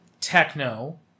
techno